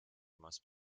must